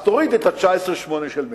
אז תוריד את ה-19.8% של מקסיקו,